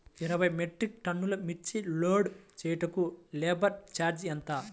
ఇరవై మెట్రిక్ టన్నులు మిర్చి లోడ్ చేయుటకు లేబర్ ఛార్జ్ ఎంత?